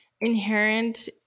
inherent